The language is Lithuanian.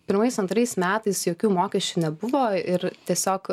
pirmais antrais metais jokių mokesčių nebuvo ir tiesiog